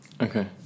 Okay